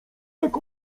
jak